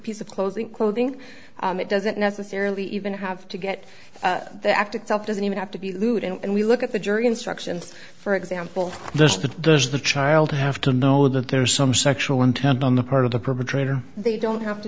piece of clothing clothing it doesn't necessarily even have to get the act itself doesn't even have to be lewd and we look at the jury instructions for example there's but there's the child to have to know that there's some sexual intent on the part of the perpetrator they don't have to